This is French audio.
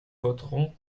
voterons